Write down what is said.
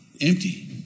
Empty